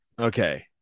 okay